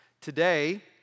Today